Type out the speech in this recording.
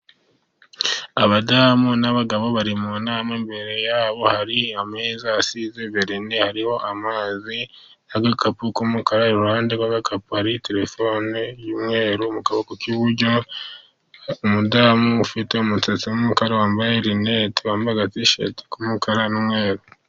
Abadamu n'abagabo bari mu nama, imbere yabo hari ameza asize verine hariho amazi n'agakapu k'umukara, iruhande rw'agakapu hari terefone y'umweru, mu kaboko k'iburyo umudamu ufite umusatsi w'umukara wambaye rinete, wambaye agatisheti k'umukara n'umweru.